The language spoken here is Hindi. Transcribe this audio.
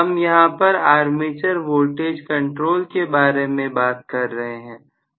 हम यहां पर आर्मेचर वोल्टेज कंट्रोल के बारे में बात कर रहे हैं